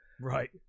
right